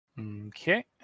Okay